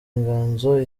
inganzo